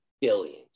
Billions